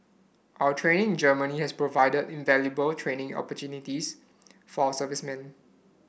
our training in Germany has provided invaluable training opportunities for our servicemen